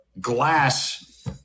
glass